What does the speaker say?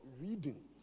reading